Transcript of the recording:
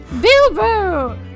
bilbo